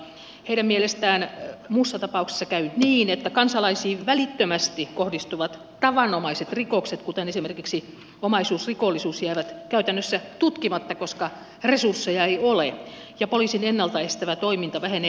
heidän mielestään muussa tapauksessa käy niin että kansalaisiin välittömästi kohdistuvat tavanomaiset rikokset esimerkiksi omaisuusrikokset jäävät käytännössä tutkimatta koska resursseja ei ole ja poliisin ennalta estävä toiminta vähenee olemattomiin